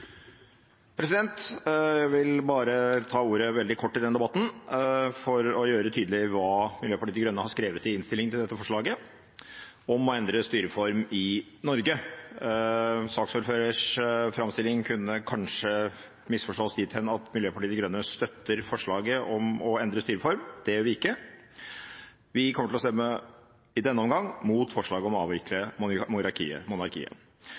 ordet i denne debatten for å gjøre det tydelig hva Miljøpartiet De Grønne har skrevet i innstillingen til dette forslaget om å endre styreform i Norge. Saksordførerens framstilling kunne kanskje misforstås dit hen at Miljøpartiet De Grønne støtter forslaget om å endre styreform. Det gjør vi ikke. Vi kommer til å stemme imot – i denne omgang – forslaget om å avvikle monarkiet.